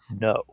No